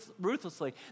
ruthlessly